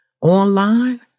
online